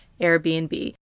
Airbnb